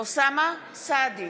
אוסאמה סעדי,